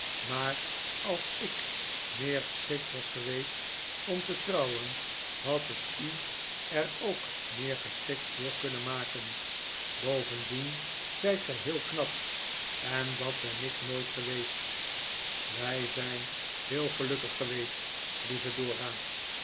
maar als ik meer geschikt was geweest om te trouwen had het u er ook meer geschikt voor kunnen maken bovendien zijt gij heel knap en dat ben ik nooit geweest wij zijn heel gelukkig geweest lieve dora